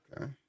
Okay